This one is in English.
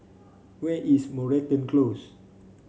where is Moreton Close